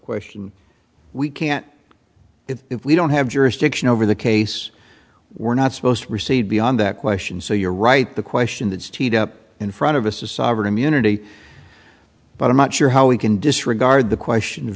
question we can't if we don't have jurisdiction over the case we're not supposed to proceed beyond that question so you're right the question that's teed up in front of us is sovereign immunity but i'm not sure how we can disregard the question of